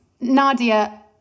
Nadia